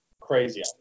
crazy